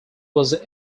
was